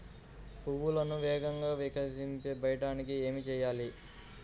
పువ్వులను వేగంగా వికసింపచేయటానికి ఏమి చేయాలి?